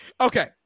Okay